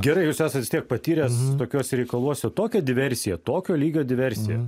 gerai jūs esat vis tiek patyręs tokiuose reikaluose tokia diversija tokio lygio diversija